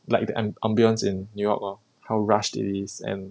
like the am~ ambience in new york lor how rushed it is and